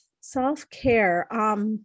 Self-care